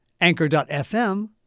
Anchor.fm